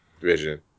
vision